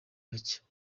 bakeya